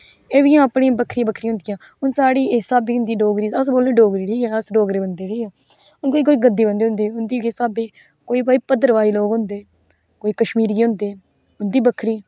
ऐ वी अपनी बक्खरी बक्खरी होंदी ऐ हून साढ़ी इस स्हाबे दी हिंदी डोगरी अस बोलने डोगरी ठीक ऐ अश डोगरे बंदे ठीक ऐ हून कोई जियां गद्दी बंदे होंदे उस स्हावे दी कोई भाई भद्रवाई लोक होंदे कोई कशमिरिये होंदे उन्दी बक्खरी